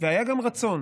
והיה גם רצון